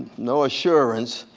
no assurance.